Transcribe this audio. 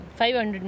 500